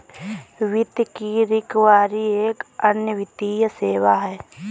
वित्त की रिकवरी एक अन्य वित्तीय सेवा है